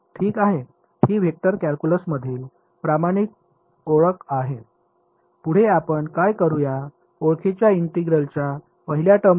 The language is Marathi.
ठीक आहे ही वेक्टर कॅल्क्युलस मधील प्रमाणित ओळख आहे पुढे आपण काय करू या ओळखीच्या इंटिग्रलच्या पहिल्या टर्ममध्ये